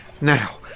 Now